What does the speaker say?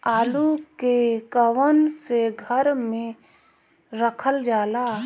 आलू के कवन से घर मे रखल जाला?